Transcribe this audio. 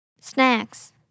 Snacks